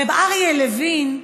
רב אריה לוין,